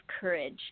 courage